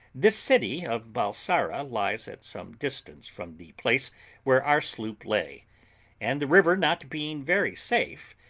this city of balsara lies at some distance from the place where our sloop lay and the river not being very safe,